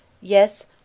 Yes